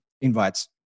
invites